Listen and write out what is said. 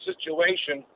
situation